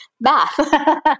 math